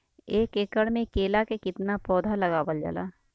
एक एकड़ में केला के कितना पौधा लगावल जाला?